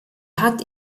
hat